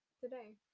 today